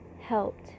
helped